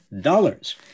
dollars